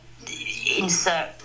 insert